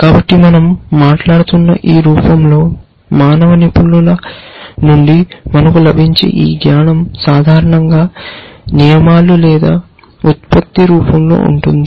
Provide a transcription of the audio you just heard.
కాబట్టి మనం మాట్లాడుతున్న ఈ రూపంలో మానవ నిపుణుల నుండి మనకు లభించే ఈ జ్ఞానం సాధారణంగా నియమాలు లేదా ఉత్పత్తి రూపంలో ఉంటుంది